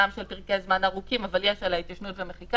אומנם של פרקי ארוכים אבל יש עליה התיישנות ומחיקה,